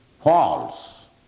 false